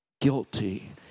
guilty